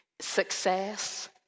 success